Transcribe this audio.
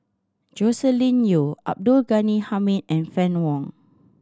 Joscelin Yeo Abdul Ghani Hamid and Fann Wong